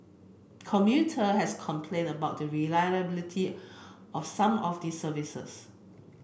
commuter has complained about the reliability of some of the services